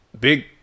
big